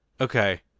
Okay